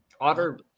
Otter